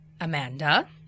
Amanda